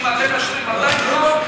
אם אתם מאשרים 200 טונות,